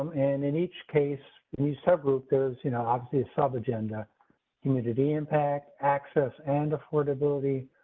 and in each case, several, there's you know obviously a sub agenda humidity, impact, access and affordability,